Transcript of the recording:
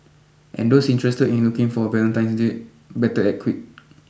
and those interested in looking for a Valentine's date better act quick